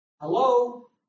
Hello